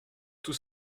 tout